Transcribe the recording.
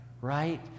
right